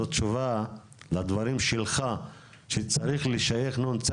זאת תשובה לדברים שלך שצריך לשייך נ.צ.